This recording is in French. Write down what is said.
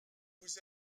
vous